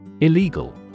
Illegal